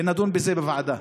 ונדון בזה בוועדה.